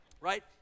Right